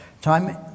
time